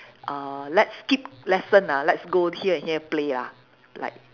uh let's skip lesson ah let's go here and here play ah like